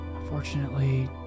Unfortunately